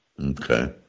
Okay